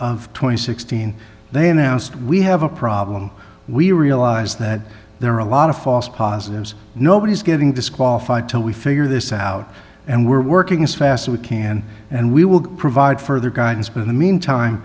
sixteen they announced we have a problem we realize that there are a lot of false positives nobody's getting disqualified till we figure this out and we're working as fast as we can and we will provide further guidance but in the meantime